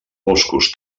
boscos